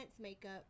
makeup